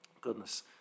Goodness